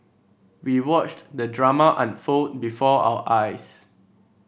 we watched the drama unfold before our eyes